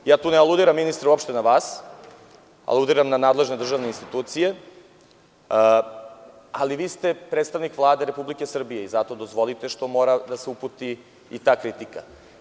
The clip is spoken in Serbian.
Ja tu ne aludiram ministre uopšte na vas, nego na nadležne državne institucije, ali vi ste predstavnik Vlade Republike Srbije i zato dozvolite da se vama uputi takva kritika.